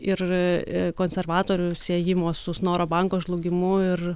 ir konservatorių siejimo su snoro banko žlugimu ir